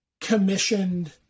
commissioned